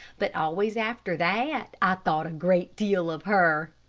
but always after that i thought a great deal of her.